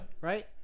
right